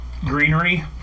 greenery